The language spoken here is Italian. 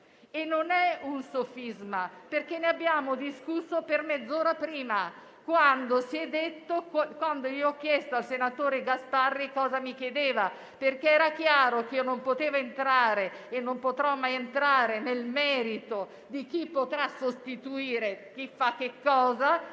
non è un sofisma, perché ne abbiamo discusso prima per mezz'ora, quando io ho chiesto al senatore Gasparri cosa mi chiedesse, perché era chiaro che io non potevo entrare e non potrò mai entrare nel merito di chi potrà sostituire chi fa che cosa,